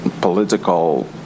political